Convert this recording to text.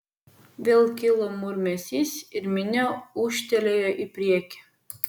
vėl kilo murmesys ir minia ūžtelėjo į priekį